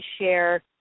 share